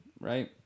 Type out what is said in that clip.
Right